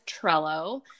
Trello